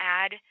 add